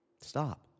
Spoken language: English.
Stop